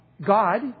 God